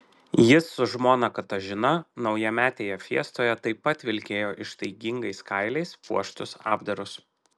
jis su žmona katažina naujametėje fiestoje taip pat vilkėjo ištaigingais kailiais puoštus apdarus